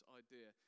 idea